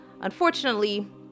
Unfortunately